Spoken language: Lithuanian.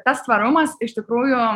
tas tvarumas iš tikrųjų